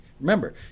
Remember